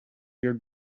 your